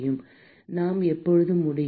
மாணவர் நாம் எப்போது முடியும்